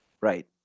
Right